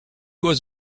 was